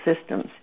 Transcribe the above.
systems